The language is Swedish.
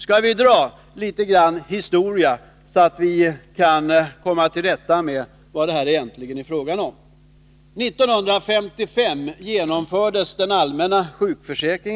Skall vi ta litet historia, så att vi kan komma till rätta med vad det här är fråga om.